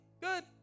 Good